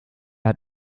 hat